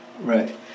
Right